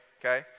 Okay